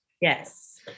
yes